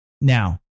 Now